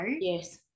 Yes